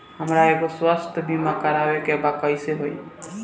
हमरा एगो स्वास्थ्य बीमा करवाए के बा कइसे होई?